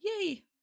Yay